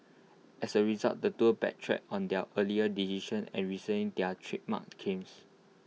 as A result the duo backtracked on their earlier decision and rescinded their trademark claims